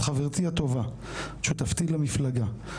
את חברתי הטובה, את שותפתי למפלגה.